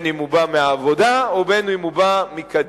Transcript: אם הוא בא מהעבודה ואם הוא בא מקדימה.